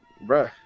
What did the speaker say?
bro